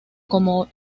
como